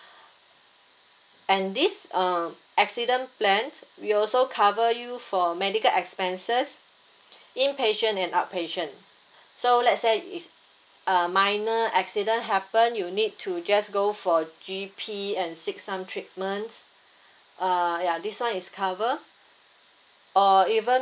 and this uh accident plans we'll also cover you for medical expenses inpatient and outpatient so let say is uh minor accident happened you need to just go for G_P and seek some treatments uh ya this one is covered or even